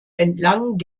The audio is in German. entlang